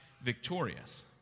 victorious